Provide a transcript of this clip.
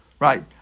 Right